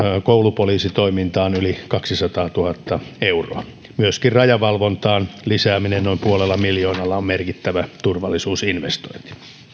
koulupoliisitoimintaan yli kaksisataatuhatta euroa myöskin rajavalvontaan lisääminen noin puolella miljoonalla on merkittävä turvallisuusinvestointi